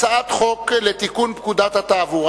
הצעת חוק לתיקון פקודת התעבורה